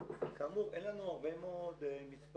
כאמור, אין לנו הרבה מאוד מספרים.